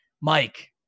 mike